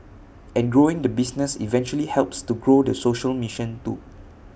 and growing the business eventually helps to grow the social mission too